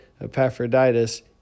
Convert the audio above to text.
Epaphroditus